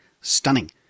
stunning